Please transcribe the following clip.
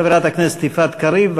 חברת הכנסת יפעת קריב,